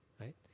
right